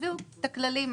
שתביאו את הכללים.